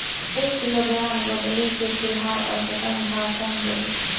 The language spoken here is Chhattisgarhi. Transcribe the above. एक किलोग्राम गोंदली के फिलहाल औसतन भाव कौन रही?